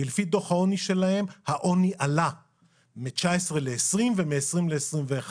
כי לפי דוח העוני שלהם העוני עלה מ-2019 ל-2020 ומ-2020 ל-2021.